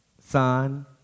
Son